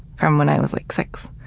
from when i was like six.